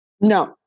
No